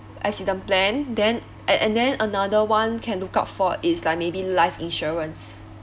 accident plan then a~ and then another one can look out for is like maybe life insurance